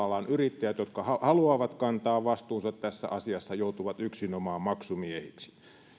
alan yrittäjät jotka haluavat kantaa vastuunsa tässä asiassa joutuvat yksinomaan maksumiehiksi